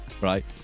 Right